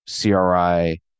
CRI